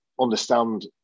understand